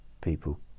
people